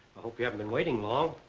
hope you haven't been waiting long.